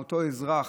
מאותו אזרח